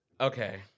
Okay